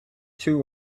two